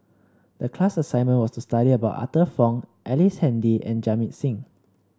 the class assignment was to study about Arthur Fong Ellice Handy and Jamit Singh